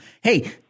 Hey